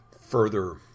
further